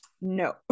No